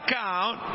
count